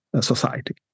society